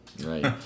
Right